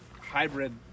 hybrid